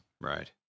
Right